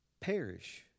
perish